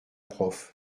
prof